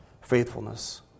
faithfulness